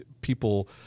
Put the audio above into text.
people